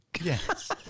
yes